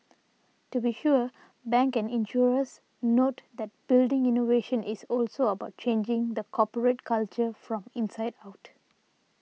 to be sure banks and insurers note that building innovation is also about changing the corporate culture from inside out